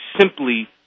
simply